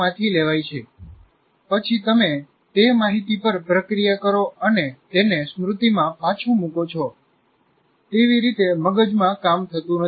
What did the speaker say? U માંથી લેવાય છે પછી તમે તે માહિતી પર પ્રક્રિયા કરો અને તેને સ્મૃતિમાં પાછું મુકો છો - તેવી રીતે મગજમાં કામ થતું નથી